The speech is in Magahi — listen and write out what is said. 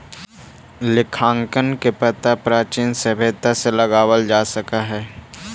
लेखांकन के पता प्राचीन सभ्यता से लगावल जा सकऽ हई